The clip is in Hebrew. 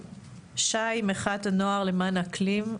שי, מחאת הנוער למען האקלים.